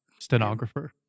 Stenographer